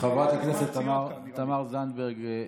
חברת הכנסת תמר זנדברג,